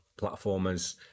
platformers